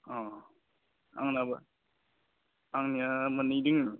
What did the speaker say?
अ आंनाबो आंनिया मोननै दङ